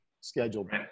scheduled